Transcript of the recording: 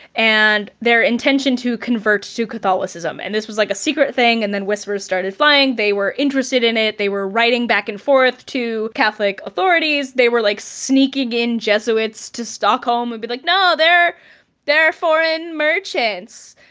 and their intention to convert to catholicism and this was like a secret thing. and then whispers started flying. they were interested in it. they were writing back and forth to catholic authorities. they were like sneaking in jesuits to stockholm, and be like, no, they're they're foreign merchants.